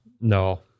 No